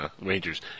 rangers